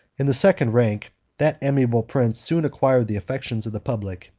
in the second rank that amiable prince soon acquired the affections of the public,